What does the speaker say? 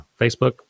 Facebook